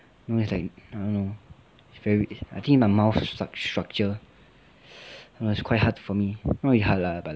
no it's like I don't know it's very I think my mouth str~ structure I don't know it's quite hard for me not really hard lah but like